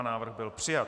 Návrh byl přijat.